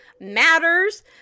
matters